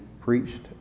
preached